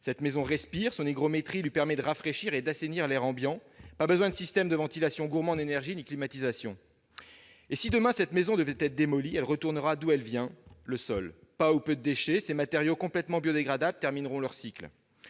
Cette maison respire, son hygrométrie lui permet de rafraîchir et d'assainir l'air ambiant. Pas besoin de système de ventilation gourmand en énergie ni de climatisation. Et si, demain, cette maison devait être démolie, elle retournerait là d'où elle vient, le sol ! Pas ou peu de déchets, puisque ces matériaux complètement biodégradables termineront leur cycle.